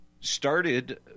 started